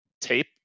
tape